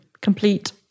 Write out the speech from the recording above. complete